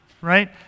Right